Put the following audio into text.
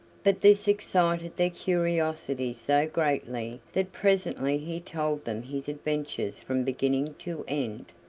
but this excited their curiosity so greatly that presently he told them his adventures from beginning to end,